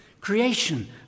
Creation